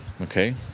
okay